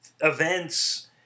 events